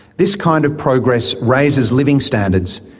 this kind of progress raises living standards,